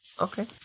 Okay